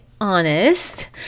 honest